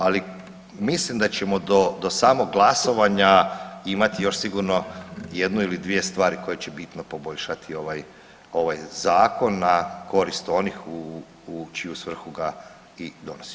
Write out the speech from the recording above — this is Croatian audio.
Ali mislim da ćemo do samog glasovanja imati još sigurno jednu ili dvije stvari koje će bitno poboljšati ovaj Zakon na korist onih u čiju svrhu da i donosimo.